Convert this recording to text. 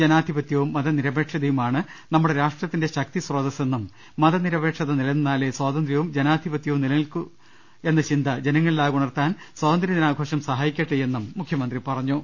ജനാ ധിപത്യവും മതനിരപേക്ഷതയുമാണ് നമ്മുടെ രാഷ്ട്രത്തിന്റെ ശക്തിസ്രോത സ്സെന്നും മതനിരപേക്ഷത നിലനിന്നാലെ സ്വാതന്ത്ര്യവും ജനാധിപത്യവും നിലനിൽക്കൂ ചിന്ത ജനങ്ങളിലാകെ ഉണർത്താൻ സ്വാതന്ത്ര്യദിനാഘോഷം സഹായിക്കട്ടെയെന്നും മുഖ്യമന്ത്രി പറഞ്ഞു